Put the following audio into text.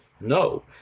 No